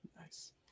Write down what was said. Nice